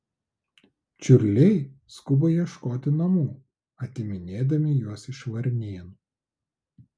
čiurliai skuba ieškoti namų atiminėdami juos iš varnėnų